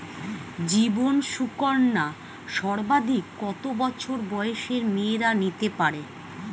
জীবন সুকন্যা সর্বাধিক কত বছর বয়সের মেয়েরা নিতে পারে?